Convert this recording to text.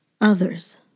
others